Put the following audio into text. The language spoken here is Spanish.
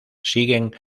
siguen